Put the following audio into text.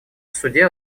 суде